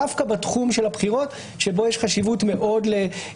דווקא בתחום של הבחירות שבו יש חשיבות גדולה